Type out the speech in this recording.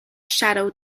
shadow